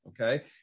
Okay